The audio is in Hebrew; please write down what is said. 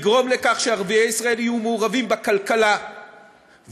ולגרום לכך שערביי ישראל יהיו מעורבים בכלכלה ובתרבות